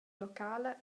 locala